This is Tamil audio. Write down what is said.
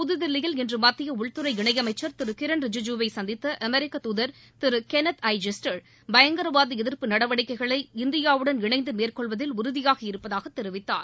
புதுதில்லியில் இன்று மத்திய உள்துறை இணையமைச்சர் திரு கிரண் ரிஜிஜூவை சந்தித்த அமெரிக்க துதர் திரு கெனட் ஐ ஜெஸ்டர் பயங்கரவாத எதிர்ப்பு நடவடிக்கைகளை இந்தியாவுடன் இணைந்து மேற்கொள்வதில் உறுதியாக இருப்பதாக தெரிவித்தார்